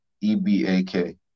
E-B-A-K